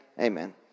Amen